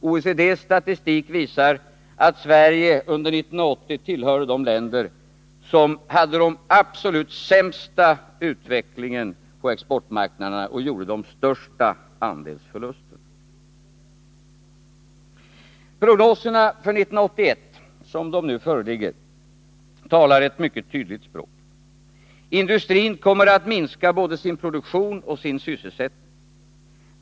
OECD:s statistik visar att Sverige under 1980 tillhörde de länder som hade den absolut sämsta utvecklingen på exportmarknaderna och som gjorde de största andelsförlusterna. Prognoserna för 1981, som de nu föreligger, talar ett mycket tydligt språk. Industrin kommer att minska både sin produktion och sin sysselsättning.